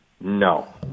No